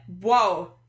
whoa